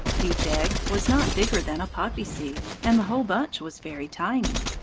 each egg was not bigger than a poppy seed, and the whole bunch was very tiny.